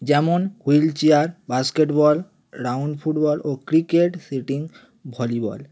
যেমন wheel chair basketball round football ও cricket sitting volleyball